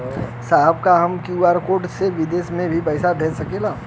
साहब का हम क्यू.आर कोड से बिदेश में भी पैसा भेज सकेला?